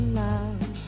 love